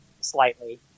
slightly